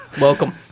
welcome